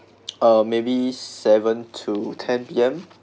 uh maybe seven to ten p m